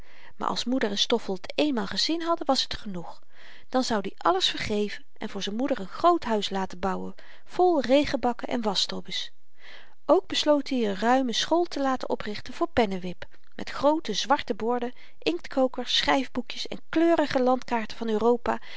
maar als moeder en stoffel t éénmaal gezien hadden was t genoeg dan zoud i alles vergeven en voor z'n moeder n groot huis laten bouwen vol regenbakken en waschtobbes ook besloot i n ruime school te laten oprichten voor pennewip met groote zwarte borden inktkokers schryfboekjes en kleurige landkaarten van europa